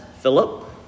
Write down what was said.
Philip